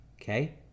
Okay